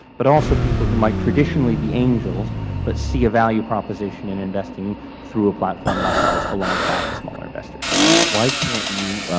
but also people who might traditionally be angels but see a value proposition in investing through a platform like ours alongside the smaller investor. why can't you